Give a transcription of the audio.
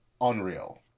Unreal